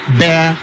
bear